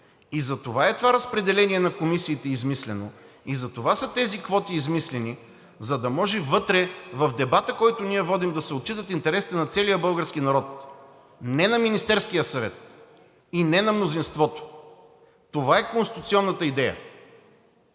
е измислено това разпределение на комисиите и затова са измислени тези квоти, за да може в дебата, който водим, да се отчитат интересите на целия български народ – не на Министерския съвет и не на мнозинството. Това е конституционната идея!